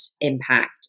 impact